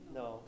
no